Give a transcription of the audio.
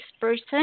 person